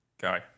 Go